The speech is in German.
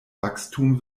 wachstum